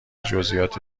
جزییات